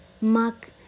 mark